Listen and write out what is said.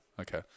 Okay